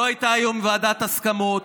לא הייתה היום ועדת הסכמות,